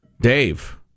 Dave